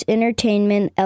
Entertainment